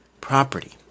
property